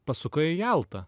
pasukai į altą